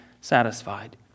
satisfied